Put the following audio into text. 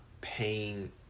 paying